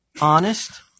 honest